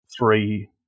three